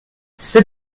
c’est